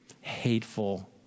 hateful